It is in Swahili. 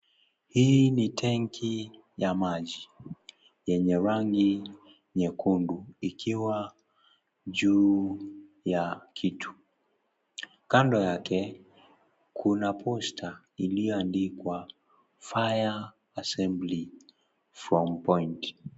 Hii ni tangi ya maji yenye rangi nyekundu ikiwa juu ya kitu. Kando yake kuna posta iliyoandikwa fire assembly from point .